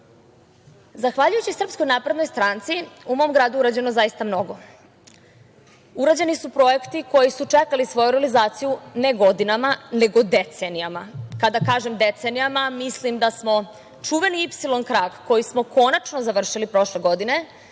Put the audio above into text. oblasti. Zahvaljujući SNS u mom gradu je urađeno zaista mnogo. Urađeni su projekti koji su čekali svoju realizaciju, ne godinama nego decenijama, kada kažem decenijama mislim da smo čuveni ipsilon krak koji smo konačno završili prošle godine